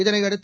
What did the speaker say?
இதனையடுத்து